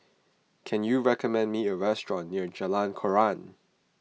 can you recommend me a restaurant near Jalan Koran